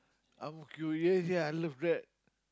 Ang-Mo-Kio yes yes I love that